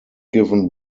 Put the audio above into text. given